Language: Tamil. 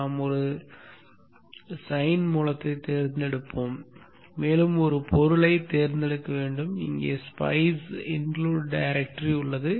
நாம் ஒரு சைன் மூலத்தைத் தேர்ந்தெடுப்போம் மேலும் ஒரு பொருளைத் தேர்ந்தெடுக்க வேண்டும் இங்கே spice include directory உள்ளது